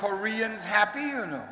koreans happy or no